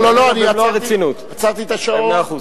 עצרתי את השעון.